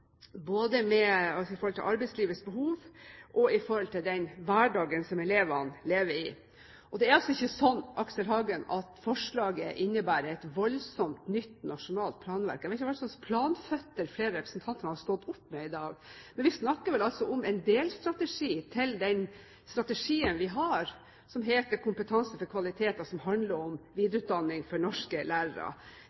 Det er altså ikke sånn, Aksel Hagen, at forslaget innebærer et voldsomt, nytt nasjonalt planverk. Jeg vet ikke hva slags «planføtter» flere av representantene har stått opp med i dag, men vi snakker vel om en delstrategi til den strategien vi har, som heter Kompetanse for kvalitet, og som handler om